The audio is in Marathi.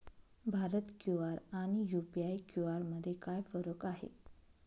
भारत क्यू.आर आणि यू.पी.आय क्यू.आर मध्ये काय फरक आहे?